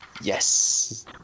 Yes